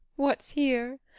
what's here?